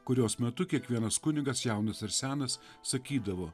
kurios metu kiekvienas kunigas jaunas ir senas sakydavo